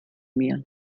mir